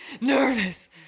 nervous